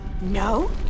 No